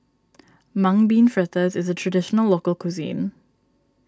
Mung Bean Fritters is a Traditional Local Cuisine